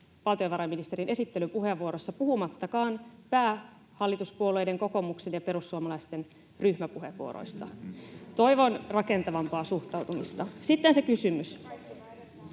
valtiovarainministerin esittelypuheenvuorossa puhumattakaan päähallituspuolueiden, kokoomuksen ja perussuomalaisten, ryhmäpuheenvuoroista. [Vasemmalta: Kyllä!] Toivon rakentavampaa suhtautumista. Sitten se kysymys.